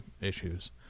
issues